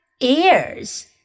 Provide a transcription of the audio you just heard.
ears